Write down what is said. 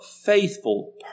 faithful